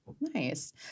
Nice